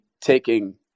taking